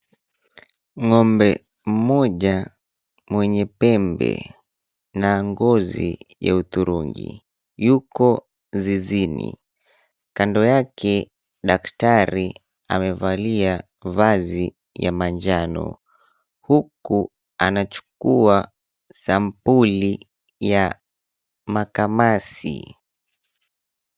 Ng'ombe mmoja mwenye pembe na ngozi ya hudhurungi yuko zizini, kando yake daktari amevalia vazi ya manjano huku anachukua sampuli ya makamasi.